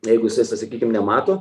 jeigu jisai sakykim nemato